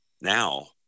now